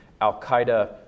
Al-Qaeda